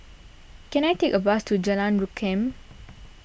can I take a bus to Jalan Rukam